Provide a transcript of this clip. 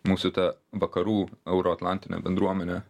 mūsų ta vakarų euroatlantinė bendruomenė